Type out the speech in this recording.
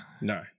no